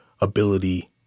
ability